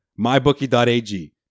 Mybookie.ag